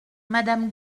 madame